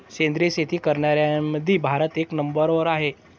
सेंद्रिय शेती करनाऱ्याईमंधी भारत एक नंबरवर हाय